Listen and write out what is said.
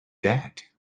that